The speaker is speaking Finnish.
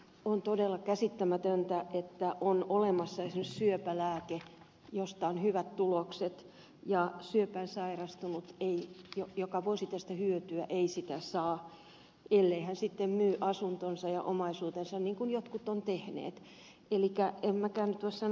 on todella käsittämätöntä että on olemassa esimerkiksi syöpälääke josta on hyvät tulokset ja syöpään sairastunut joka voisi tästä hyötyä ei sitä saa ellei hän sitten myy asuntoaan ja omaisuuttaan niin kuin jotkut ovat tehneet